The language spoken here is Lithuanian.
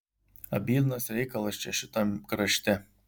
abydnas reikalas čia šitam krašte